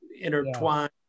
intertwined